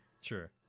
Sure